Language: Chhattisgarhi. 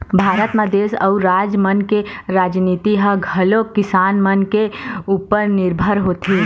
भारत म देस अउ राज मन के राजनीति ह घलोक किसान मन के उपर निरभर होथे